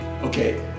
okay